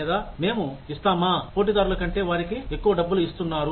లేదా మేము ఇస్తామా పోటీదారుల కంటే వారికి ఎక్కువ డబ్బులు ఇస్తున్నారు